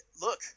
look